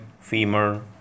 femur